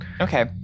Okay